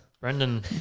Brendan